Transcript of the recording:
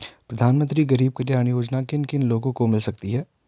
प्रधानमंत्री गरीब कल्याण योजना किन किन लोगों को मिल सकती है?